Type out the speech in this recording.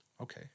Okay